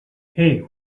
hey